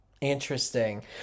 interesting